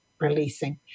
releasing